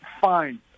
fine